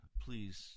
please